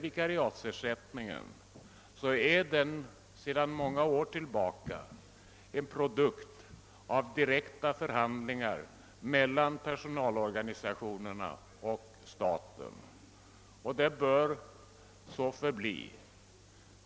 Vikariatsersättningen är nämligen sedan många år tillbaka en produkt av direkta förhandlingar mellan personalorganisationerna och staten och bör så förbli.